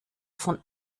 von